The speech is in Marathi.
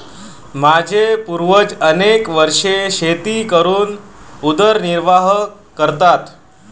माझे पूर्वज अनेक वर्षे शेती करून उदरनिर्वाह करतात